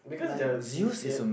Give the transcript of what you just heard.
because the the the